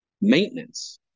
maintenance